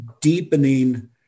deepening